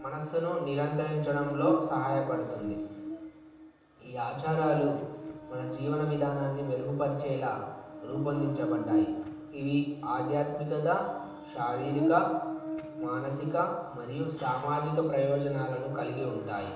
మనసును నిరంతరించడంలో సహాయపడుతుంది ఈ ఆచారాలు మన జీవన విధానాన్ని మెరుగుపరిచేలా రూపొందించబడ్డాయి ఇవి ఆధ్యాత్మికత శారీరిక మానసిక మరియు సామాజిక ప్రయోజనాలను కలిగి ఉంటాయి